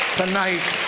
tonight